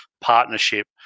partnership